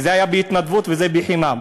וזה היה בהתנדבות וזה חינם,